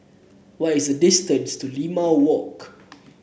what is the distance to Limau Walk